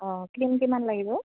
অঁ ক্ৰীম কিমান লাগিব